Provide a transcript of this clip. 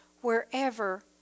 wherever